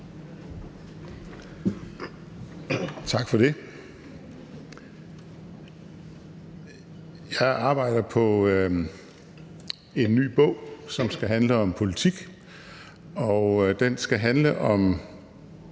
Tak for det. Jeg arbejder på en ny bog, som skal handle om politik, og den skal handle om